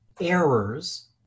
errors